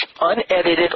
unedited